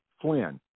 Flynn